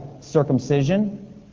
circumcision